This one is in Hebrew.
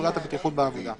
פקודת הבטיחות בעבודה);